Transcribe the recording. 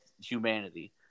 humanity